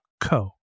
co